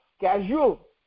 casual